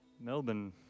Melbourne